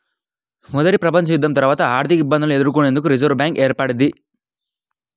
మొదటి ప్రపంచయుద్ధం తర్వాత ఆర్థికఇబ్బందులను ఎదుర్కొనేందుకు రిజర్వ్ బ్యాంక్ ఏర్పడ్డది